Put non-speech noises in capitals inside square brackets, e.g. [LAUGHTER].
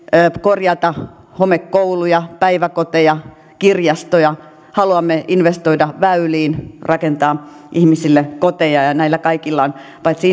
korjata homekouluja päiväkoteja kirjastoja haluamme investoida väyliin rakentaa ihmisille koteja näillä kaikilla on paitsi [UNINTELLIGIBLE]